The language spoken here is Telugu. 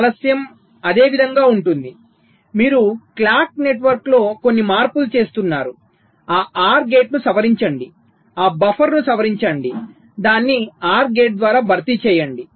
ఆలస్యం అదే విధంగా ఉంటుంది మీరు క్లాక్ నెట్వర్క్లో కొన్ని మార్పులు చేస్తున్నారు ఆ OR గేట్ను సవరించండి ఆ బఫర్ను సవరించండి దాన్ని OR గేట్ ద్వారా భర్తీ చేయండి